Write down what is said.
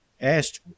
asked